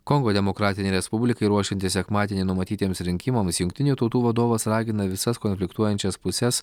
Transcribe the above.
kongo demokratinei respublikai ruošiantis sekmadienį numatytiems rinkimams jungtinių tautų vadovas ragina visas konfliktuojančias puses